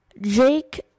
Jake